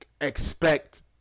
expect